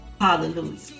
Hallelujah